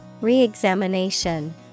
Re-examination